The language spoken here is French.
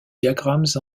diagrammes